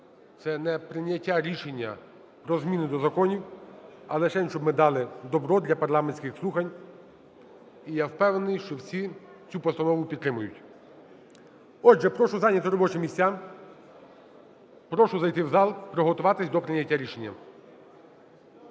це не прийняття рішення про зміни до законів, а лишень, щоб ми дали добро для парламентських слухань. І я впевнений, що всі цю постанову підтримують. Отже, прошу зайняти робочі місця. Прошу зайти в зал, приготуватися до прийняття рішення.